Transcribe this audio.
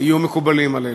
יהיו מקובלים עלינו.